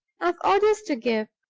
i've orders to give.